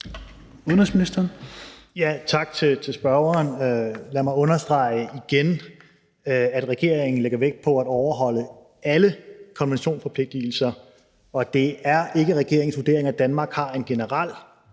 Udenrigsministeren (Jeppe Kofod): Tak til spørgeren. Lad mig understrege igen, at regeringen lægger vægt på at overholde alle konventionsforpligtigelser, og det er ikke regeringens vurdering, at Danmark har en generel